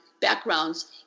backgrounds